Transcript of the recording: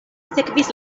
sekvis